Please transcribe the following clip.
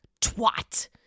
twat